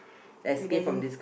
it doesn't